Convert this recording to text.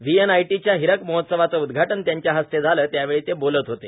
VNIT च्या हीरक महोत्सवाचे उद्घाटन त्यांच्या हस्ते झाले त्यावेळी ते बोलत होते